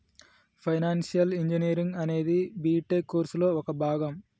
financial engineering అనేది BTech కోర్సులో ఒక భాగం